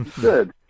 good